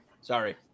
Sorry